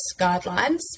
guidelines